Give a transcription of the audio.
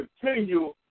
continue